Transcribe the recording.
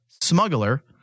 smuggler